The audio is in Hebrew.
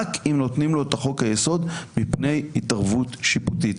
רק אם נותנים לו את חוק היסוד מפני התערבות שיפוטית.